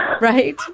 Right